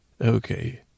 Okay